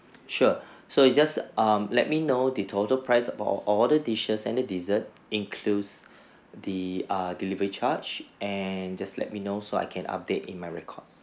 sure so you just um let me know the total price about al~ all the dishes and the dessert include the err delivery charge and just let me know so I can update in my record